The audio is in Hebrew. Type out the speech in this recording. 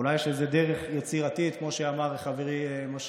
אולי יש איזה דרך יצירתית, כמו שאמר חברי מישרקי,